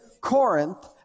Corinth